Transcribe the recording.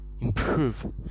improve